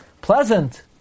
Pleasant